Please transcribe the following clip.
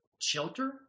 shelter